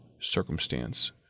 circumstance